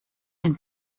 and